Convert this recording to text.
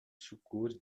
secours